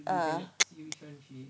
uh